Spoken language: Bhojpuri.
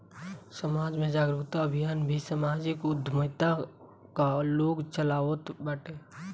समाज में जागरूकता अभियान भी समाजिक उद्यमिता कअ लोग चलावत बाटे